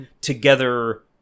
together